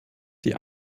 die